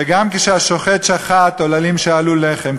וגם כשהשוחט שחט, עוללים שאלו לחם.